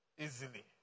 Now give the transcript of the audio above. easily